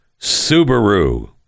Subaru